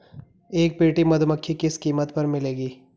एक पेटी मधुमक्खी किस कीमत पर मिलेगी?